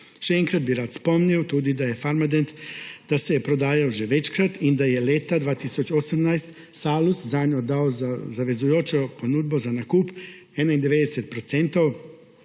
Še enkrat bi rad spomnil tudi, da se je Farmadent prodajal že večkrat in da je leta 2018 Salus zanj dal zavezujočo ponudbo za nakup 91